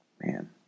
man